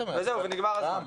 וזהו, ונגמר הסיפור.